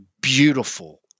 beautiful